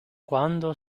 quando